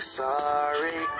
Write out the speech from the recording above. sorry